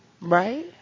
Right